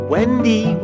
Wendy